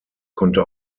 konnte